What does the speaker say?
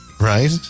Right